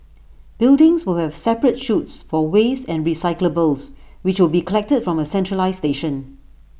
buildings will have separate chutes for waste and recyclables which will be collected from A centralised station